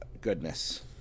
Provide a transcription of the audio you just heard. goodness